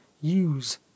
use